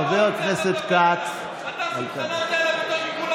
חבר הכנסת כץ, קריאה שנייה.